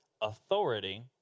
authority